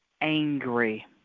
angry